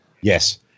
Yes